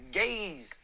gays